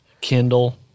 Kindle